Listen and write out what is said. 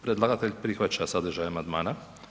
Predlagatelj prihvaća sadržaj amandmana.